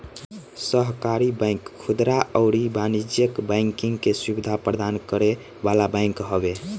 सहकारी बैंक खुदरा अउरी वाणिज्यिक बैंकिंग के सुविधा प्रदान करे वाला बैंक हवे